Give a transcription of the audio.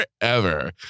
forever